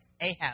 Ahab